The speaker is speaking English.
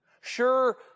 Sure